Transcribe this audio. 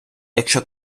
якщо